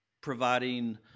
providing